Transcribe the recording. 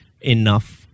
enough